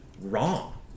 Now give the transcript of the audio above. wrong